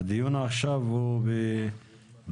הדיון עכשיו הוא בפנייה,